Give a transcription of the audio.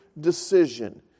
decision